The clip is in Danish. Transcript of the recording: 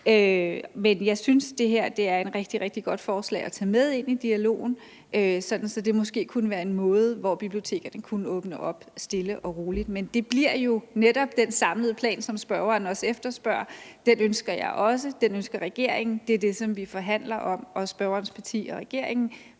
Men jeg synes, at det her er et rigtig, rigtig godt forslag at tage med ind i dialogen, sådan at det måske kunne være en måde, hvorpå bibliotekerne stille og roligt kunne åbne op. Men det bliver jo netop den samlede plan, som spørgeren også efterspørger. Den ønsker jeg også, den ønsker regeringen, og det er det, som vi forhandler om, regeringen og partierne,